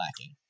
lacking